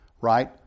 right